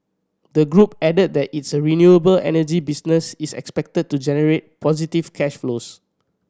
the group added that its renewable energy business is expected to generate positive cash flows